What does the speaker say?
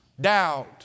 doubt